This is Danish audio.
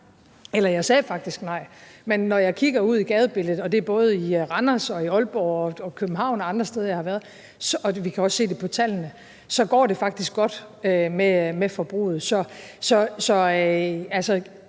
nej. Jeg sagde faktisk nej. Men når jeg kigger ud i gadebilledet, og det er både i Randers og i Aalborg og i København og andre steder, jeg har været, og vi kan også se det på tallene, så går det faktisk godt med forbruget. Så